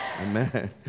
Amen